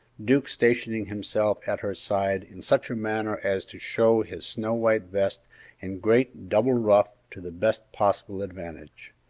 duke stationing himself at her side in such a manner as to show his snow-white vest and great double ruff to the best possible advantage.